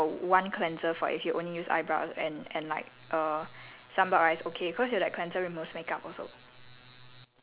so by right you should remove everything that you put onto your skin err I think your one cleanser for if you only use eyebrows and and like err